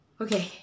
okay